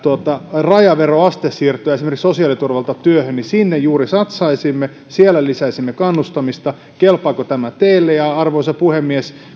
rajaveroaste siirtyä esimerkiksi sosiaaliturvalta työhön juuri satsaisimme siellä lisäisimme kannustamista kelpaako tämä teille arvoisa puhemies